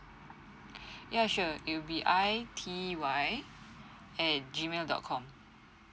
yeah sure it would be I_T_Y at G mail dot com